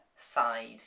side